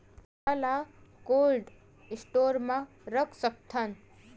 हरा ल cold store म रख सकथन?